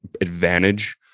advantage